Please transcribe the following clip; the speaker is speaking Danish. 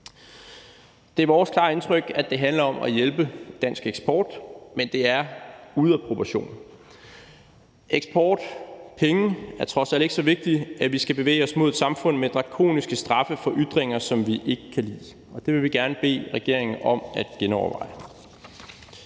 Det er vores klare indtryk, at det handler om at hjælpe dansk eksport, men det er ude af proportioner. Eksport, dvs. penge, er trods alt ikke så vigtigt, at man skal bevæge sig mod et samfund med drakoniske straffe for ytringer, som vi ikke kan lide, og det vil vi gerne bede regeringen om at genoverveje.